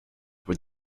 with